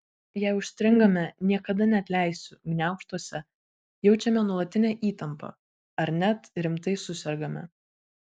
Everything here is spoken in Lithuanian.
jei užstringame niekada neatleisiu gniaužtuose jaučiame nuolatinę įtampą ar net rimtai susergame